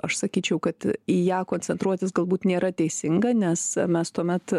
aš sakyčiau kad į ją koncentruotis galbūt nėra teisinga nes mes tuomet